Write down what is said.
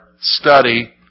study